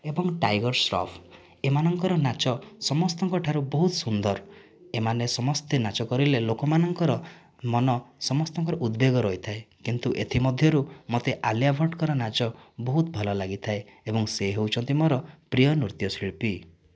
ଏବଂ ଟାଇଗର ସ୍ରଫ୍ ଏମାନଙ୍କର ନାଚ ସମସ୍ତଙ୍କଠାରୁ ବହୁତ ସୁନ୍ଦର ଏମାନେ ସମସ୍ତେ ନାଚ କରିଲେ ଲୋକମାନଙ୍କର ମନ ସମସ୍ତଙ୍କର ଉଦବେଗ ରହିଥାଏ କିନ୍ତୁ ଏଥି ମଧ୍ୟରୁ ମୋତେ ଆଲିଆ ଭଟ୍ଟଙ୍କର ନାଚ ବହୁତ ଭଲ ଲାଗିଥାଏ ଏବଂ ସେ ହେଉଛନ୍ତି ମୋର ପ୍ରିୟ ନୃତ୍ୟଶିଳ୍ପି